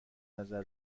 نظر